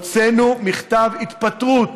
אנחנו, באופן דרמטי, לראשונה, הוצאנו מכתב התפטרות